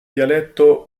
dialetto